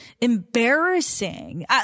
embarrassing